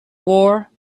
war